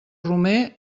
romer